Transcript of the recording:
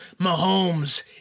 Mahomes